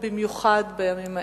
במיוחד בימים האלה.